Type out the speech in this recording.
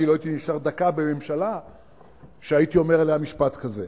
אני לא הייתי נשאר דקה בממשלה שהייתי אומר עליה משפט כזה.